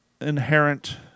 inherent